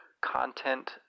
content